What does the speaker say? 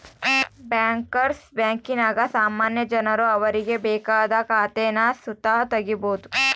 bankers ಬ್ಯಾಂಕಿನಾಗ ಸಾಮಾನ್ಯ ಜನರು ಅವರಿಗೆ ಬೇಕಾದ ಖಾತೇನ ಸುತ ತಗೀಬೋದು